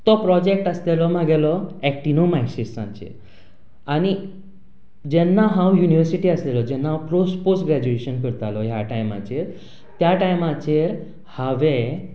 तो प्रोजेक्ट आशिल्लो म्हजो एक्टिनो मार्शियेसाचेर आनी जेन्ना हांव युनिवर्सिटी आशिल्लो जेन्ना हांव पोस पोस्ट ग्रेजुएशन करतालो ह्या टायमाचेर त्या टायमाचेर हांवें